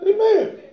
Amen